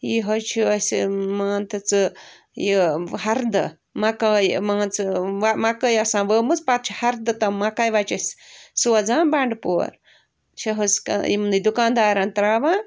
یہِ حظ چھِ اسہِ مان تہٕ ژٕ یہِ ہردٕ مَکٲے مان ژٕ مَکٲے آسان ؤوٚمٕژ پتہٕ چھِ ہردٕ تِم مَکاے وَچہِ اسہِ سوزان بنٛڈٕ پور چھِ حظ یِمنٕے دُکان دارن تَراوان